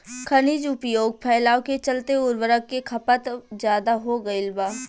खनिज उपयोग फैलाव के चलते उर्वरक के खपत ज्यादा हो गईल बा